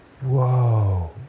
Whoa